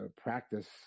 practice